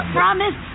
promise